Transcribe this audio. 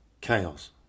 Chaos